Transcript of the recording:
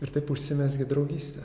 ir taip užsimezgė draugystė